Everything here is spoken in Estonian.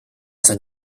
sain